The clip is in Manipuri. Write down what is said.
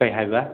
ꯀꯩ ꯍꯥꯏꯕ